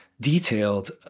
detailed